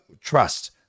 Trust